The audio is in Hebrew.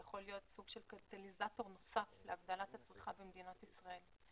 ויכול להיות סוג של קטליזטור נוסף להגבלת הצריכה במדינת ישראל.